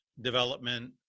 development